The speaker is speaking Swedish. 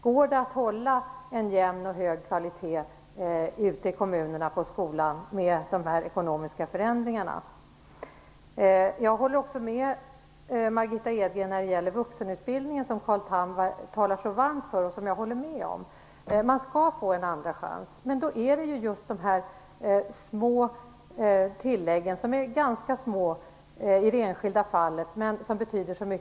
Går det att hålla en jämn och hög kvalitet på skolan ute i kommunerna med de här ekonomiska förändringarna? Jag håller också med Margitta Edgren när det gäller vuxenutbildningen, som Carl Tham talar så varmt för och som jag instämmer i. Man skall få en andra chans. Då betyder just de i det enskilda fallet små tillägen mycket, nämligen barnstödet i SVUX och SVUXA.